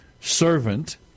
servant